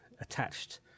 attached